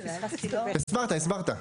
הסברת, הסברת.